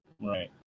Right